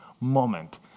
moment